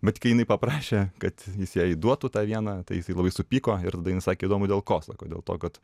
bet kai jinai paprašė kad jis jai duotų tą vieną tai jisai labai supyko ir tada jin sakė įdomu dėl ko sako dėl to kad